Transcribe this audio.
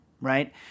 right